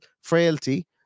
frailty